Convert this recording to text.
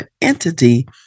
entity